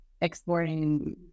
exporting